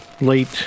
late